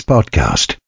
Podcast